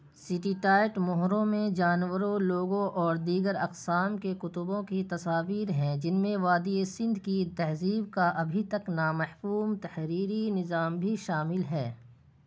steatite مہروں میں جانوروں لوگوں اور دیگر اقسام کے کتبوں کی تصاویر ہیں جن میں وادیٔ سندھ کی تہذیب کا ابھی تک نامحفوم تحریری نظام بھی شامل ہے